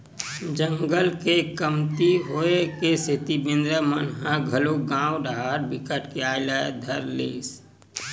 जंगल के कमती होए के सेती बेंदरा मन ह घलोक गाँव डाहर बिकट के आये ल धर लिस